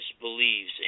believes